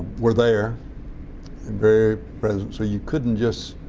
were there and very present. so you couldn't just